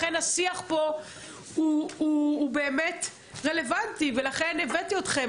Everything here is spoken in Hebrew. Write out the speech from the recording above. לכן השיח פה הוא באמת רלוונטי ולכן הבאתי אתכם,